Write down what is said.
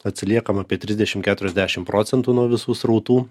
atsiliekam apie trisdešim keturiasdešim procentų nuo visų srautų